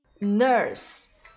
nurse